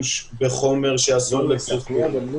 ח"כ קרעי, בבקשה.